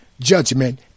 judgment